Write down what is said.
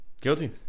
Guilty